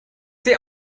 sehe